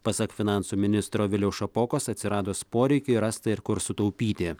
pasak finansų ministro viliaus šapokos atsiradus poreikiui rasta ir kur sutaupyti